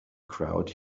crowd